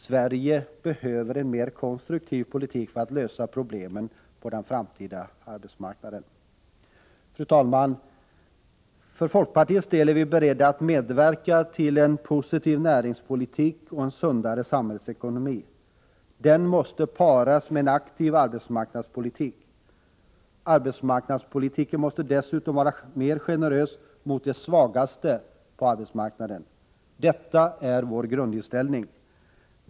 Sverige behöver en mer konstruktiv politik för att lösa problemen på den framtida arbetsmarknaden. Fru talman! För folkpartiets del är vi beredda att medverka till en mer positiv näringspolitik och en sundare samhällsekonomi. Den måste också paras med en aktiv arbetsmarknadspolitik. Arbetsmarknadspolitiken måste dessutom vara mera generös mot de svagaste på arbetsmarknaden. Detta är vår grundinställning.